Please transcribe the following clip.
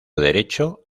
derecho